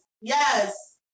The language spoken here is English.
Yes